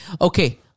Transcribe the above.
okay